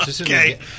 Okay